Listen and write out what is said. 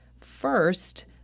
first—